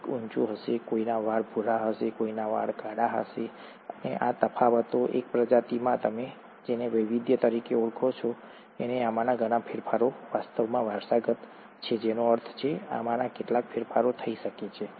કોઈક ઊંચું હશે કોઈના વાળ ભૂરા હશે કોઈના કાળા વાળ હશે અને આ તફાવતો એક જ પ્રજાતિમાં તમે જેને વૈવિધ્ય તરીકે ઓળખો છો અને આમાંના ઘણા ફેરફારો વાસ્તવમાં વારસાગત છે જેનો અર્થ છે આમાંના કેટલાક ફેરફારો થઈ શકે છે